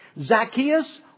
Zacchaeus